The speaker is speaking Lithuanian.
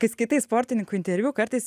kas kitais sportininkų interviu kartais